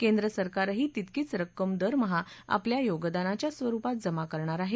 केंद्रसरकारही तितकीच रक्कम दरमहा आपल्या योगदानाच्या स्वरुपात जमा करणार आहे